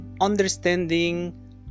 understanding